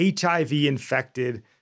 HIV-infected